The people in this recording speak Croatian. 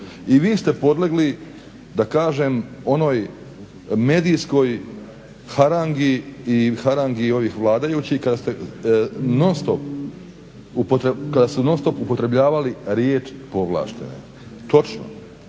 i vi ste podlegli da kažem onoj medijskog harangi i harangi ovih vladajućih. Kada ste, non stop, kada su non stop upotrebljavali riješ povlaštene. Točno